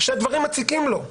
שהדברים מציקים לו.